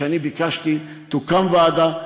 שאני ביקשתי, תוקם ועדה.